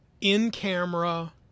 in-camera